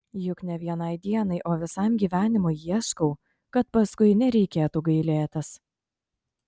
juk ne vienai dienai o visam gyvenimui ieškau kad paskui nereikėtų gailėtis